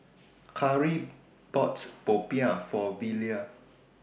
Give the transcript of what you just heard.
Kari bought Popiah For Velia